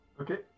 Okay